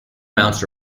mounts